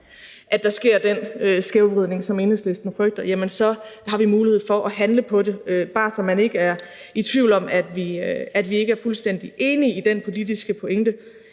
at der sker den skævvridning, som Enhedslisten frygter, så har vi mulighed for at handle på det. Det er bare, så man ikke er i tvivl om, at vi er fuldstændig enige i den politiske pointe,